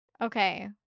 Okay